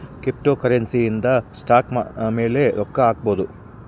cryptocurrency ಇಂದ stock ಮೇಲೆ ರೊಕ್ಕ ಹಾಕ್ಬೊದು